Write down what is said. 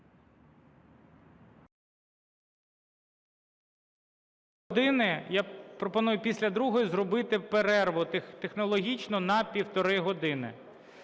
Я пропоную після другої зробити перерву технологічну на півтори години.